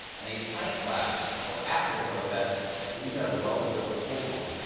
and a pint glass for after the protest, so you can have a well-deserved cold one.